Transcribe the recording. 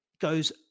goes